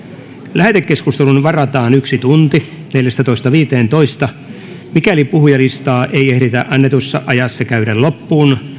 lähetekeskusteluun varataan yksi tunti kello neljätoista nolla nolla viiva viisitoista nolla nolla mikäli puhujalistaa ei ehditä annetussa ajassa käydä loppuun